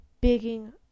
begging